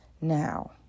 Now